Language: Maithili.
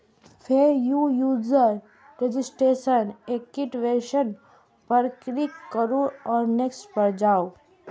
फेर न्यू यूजर रजिस्ट्रेशन, एक्टिवेशन पर क्लिक करू आ नेक्स्ट पर जाउ